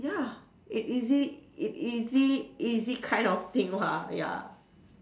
ya it easy it easy easy kind of thing lah ya